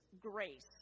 grace